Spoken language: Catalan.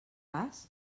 pas